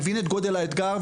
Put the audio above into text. שמבין את גודל האתגר,